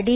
D